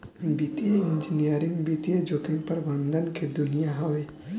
वित्तीय इंजीनियरिंग वित्तीय जोखिम प्रबंधन के दुनिया हवे